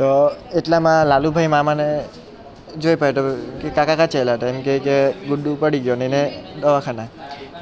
તો એટલામાં લાલુ ભાઈએ મામાને જોઈ કહ્યું કે કાકા ક્યાં ચાલ્યા તો એમ કહે કે ગુડુ પડી ગયો ને એને દવાખાને